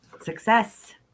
Success